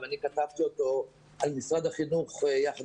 ואני כתבתי אותו על משרד החינוך יחד